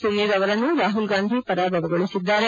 ಸುನೀರ್ ಅವರನ್ನು ರಾಪುಲ್ಗಾಂಧಿ ಪರಾಭವಗೊಳಿಸಿದ್ದಾರೆ